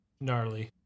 gnarly